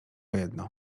jedno